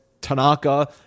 Tanaka